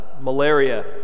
malaria